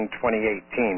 2018